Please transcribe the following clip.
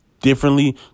differently